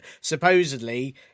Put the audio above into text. supposedly